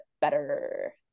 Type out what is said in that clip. better